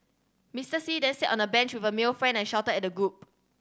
Mister See then sat on a bench with a male friend and shouted at the group